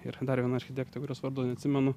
ir dar viena architektė kurios vardo neatsimenu